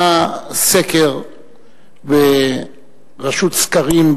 היה סקר ברשות סקרים,